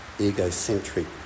egocentric